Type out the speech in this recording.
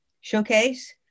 showcase